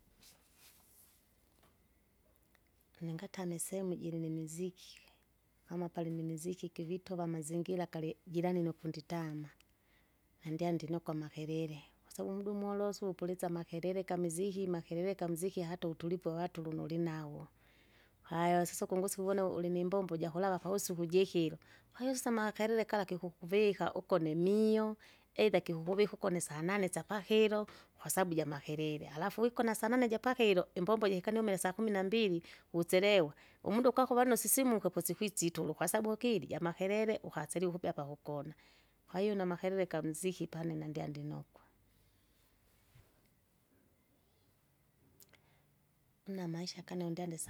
une ngatame isemu jilinimiziki, kama palinimiziki givitova amazingira gali jiranai nukunditama, nandyandi ndinokwa amakelele. Kwasabu umuda umolosu upuliza amakelele gamiziki makelela gamiziki hata utulipwa waturu nulinawo, haya wasusu ukungusi ukuwona ulinimbombo jakulawa pawusiku jikila, kwahiyo sasa makelel kala kikukuvika ugone mio aidha kikuvika ugone sanane syapakilo, kwasabu jamakelele. Halafu wigona sanane japakilo? imbombo jikanumile sakumi nambili, uselewa, umuda kwakuva nusisimuka pusikwisa itulo kwasababu ukili jamakelele, ukasilie ukupya pakugona, kwahiyo namakelele gamziki pane nandya ndinikwa. une amaisha gane undya.